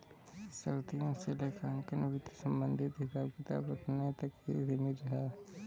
सदियों से लेखांकन वित्त संबंधित हिसाब किताब रखने तक ही सीमित रहा